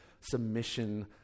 submission